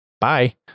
bye